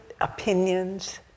opinions